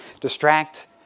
Distract